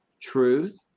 truth